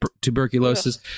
tuberculosis